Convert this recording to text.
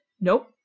Nope